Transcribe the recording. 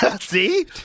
see